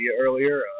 earlier